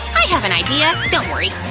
i have an idea, don't worry.